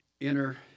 enter